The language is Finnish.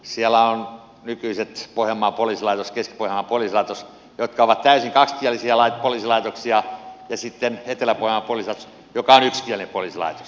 siellä ovat nykyiset pohjanmaan poliisilaitos keski pohjanmaan poliisilaitos jotka ovat täysin kaksikielisiä poliisilaitoksia ja sitten etelä pohjanmaan poliisilaitos joka on yksikielinen poliisilaitos